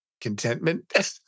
contentment